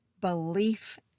belief